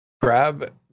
Grab